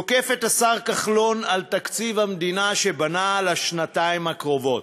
תוקף את השר כחלון על תקציב המדינה שהוא בנה לשנתיים הקרובות,